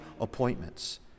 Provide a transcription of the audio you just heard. appointments